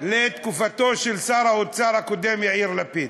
לתקופתו של שר האוצר הקודם יאיר לפיד,